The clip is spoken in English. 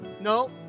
No